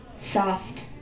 soft